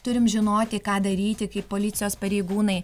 turim žinoti ką daryti kaip policijos pareigūnai